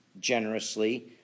generously